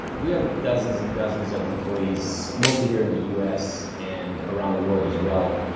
we have dozens and dozens of employees, mostly here in the us and around the world as well.